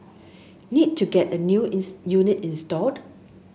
need to get a new unit installed